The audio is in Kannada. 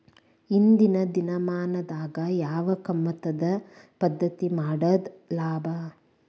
ಇಂದಿನ ದಿನಮಾನದಾಗ ಯಾವ ಕಮತದ ಪದ್ಧತಿ ಮಾಡುದ ಲಾಭ?